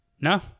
No